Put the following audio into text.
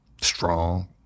Strong